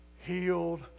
healed